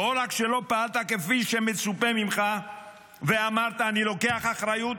לא רק שלא פעלת כפי שמצופה ממך ואמרת: אני לוקח אחריות